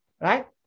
right